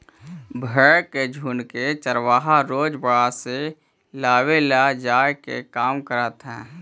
भेंड़ के झुण्ड के चरवाहा रोज बाड़ा से लावेले जाए के काम करऽ हइ